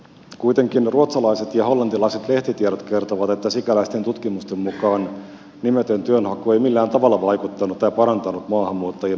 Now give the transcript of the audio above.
kuitenkin ruotsalaiset ja hollantilaiset lehtitiedot kertovat että sikäläisten tutkimusten mukaan nimetön työnhaku ei millään tavalla parantanut maahanmuuttajien mahdollisuutta saada työtä